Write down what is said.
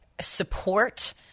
support